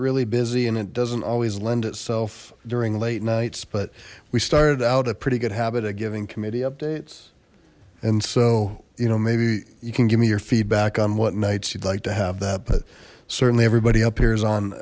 really busy and it doesn't always lend itself during late nights but we started out a pretty good habit of giving committee updates and so you know maybe you can give me your feedback on what nights you'd like to have that but certainly everybody up here is on